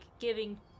giving